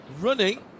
running